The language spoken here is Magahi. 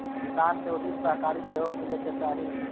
किसान के उचित सहकारी सहयोग मिले के चाहि